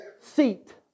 seat